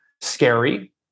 scary